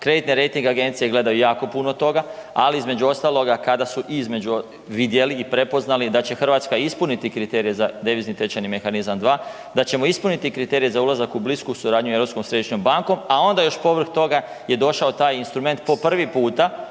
Kreditni rejting agencije gledaju jako puno toga, ali između ostaloga kada su vidjeli i prepoznali da će Hrvatska ispuniti kriterij za devizni tečajni mehanizam 2, da ćemo ispuniti kriterije za ulazak u blisku suradnju sa Europskom središnjom bankom, a onda još povrh toga je došao taj instrument po prvi puta